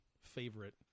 favorite